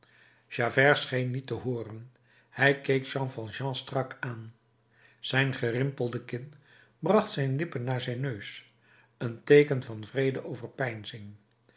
scheen niet te hooren hij keek jean valjean strak aan zijn gerimpelde kin bracht zijn lippen naar zijn neus een teeken van wreede overpeinzing